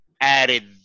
added